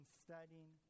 studying